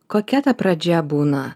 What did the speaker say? kokia ta pradžia būna